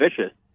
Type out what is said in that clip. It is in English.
vicious